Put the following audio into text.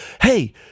Hey